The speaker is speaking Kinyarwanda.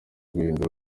guhindura